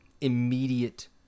immediate